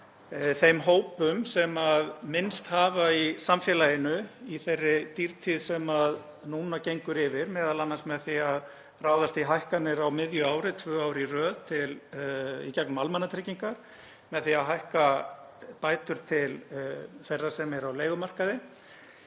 þeim hópum sem minnst hafa í samfélaginu í þeirri dýrtíð sem núna gengur yfir, m.a. með því að ráðast í hækkanir á miðju ári tvö ár í röð í gegnum almannatryggingar, með því að hækka bætur til þeirra sem eru á leigumarkaði,